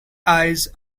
eyes